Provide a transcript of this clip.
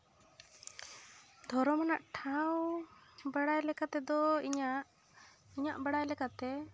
ᱫᱷᱚᱨᱚᱢ ᱨᱮᱱᱟᱜ ᱴᱷᱟᱶ ᱵᱟᱲᱟᱭ ᱞᱮᱠᱟᱛᱮᱫᱚ ᱤᱧᱟᱹᱜ ᱤᱧᱟᱹᱜ ᱵᱟᱲᱟᱭ ᱞᱮᱠᱟᱛᱮ